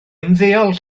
ymddeol